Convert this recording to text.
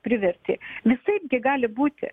privertė visaip gi gali būti